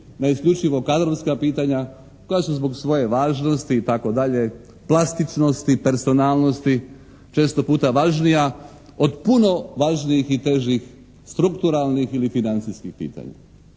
na isključivo kadrovska pitanja koja su zbog svoje važnosti itd., plastičnosti i personalnosti često puta važnija od puno važnijih i težih strukturalnih ili financijskih pitanja.